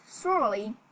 surely